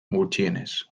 gutxienez